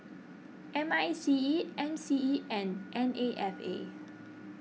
M I C E M C E and N A F A